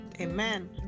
amen